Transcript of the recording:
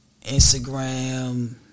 Instagram